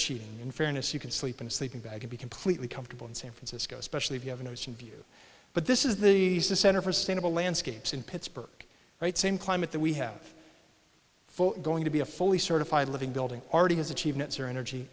cheap in fairness you can sleep in a sleeping bag could be completely comfortable in san francisco especially if you have an ocean view but this is the center for stable landscapes in pittsburgh right same climate that we have for going to be a fully certified living building already has achievements or energy